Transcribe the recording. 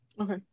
Okay